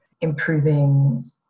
improving